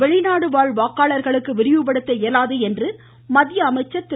வெளிநாடு வாழ் வாக்காளர்களுக்கு விரிவு படுத்த இயலாது என்று மத்திய அமைச்சர் திரு